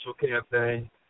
campaign